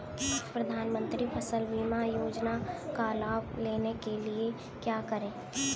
प्रधानमंत्री फसल बीमा योजना का लाभ लेने के लिए क्या करें?